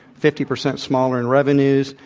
fifty percent smaller in revenues.